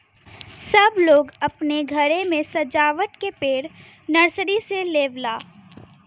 सब लोग अपने घरे मे सजावत के पेड़ नर्सरी से लेवला